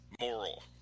moral